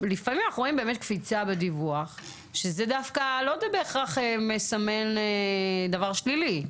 אנחנו רואים קפיצה בדיווח שלא בהכרח מסמנת דבר שלילי.